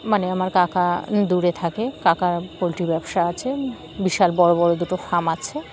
মানে আমার কাকা দূরে থাকে কাকার পোলট্রি ব্যবসা আছে বিশাল বড়ো বড়ো দুটো ফার্ম আছে